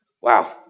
Wow